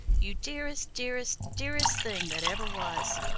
you dearest, dearest, dearest thing that ever was!